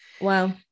Wow